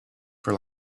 for